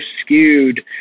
skewed